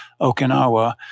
Okinawa